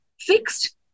fixed